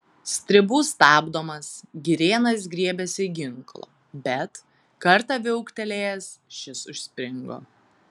stribų stabdomas girėnas griebėsi ginklo bet kartą viauktelėjęs šis užspringo